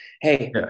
Hey